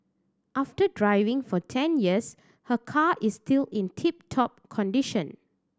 after driving for ten years her car is still in tip top condition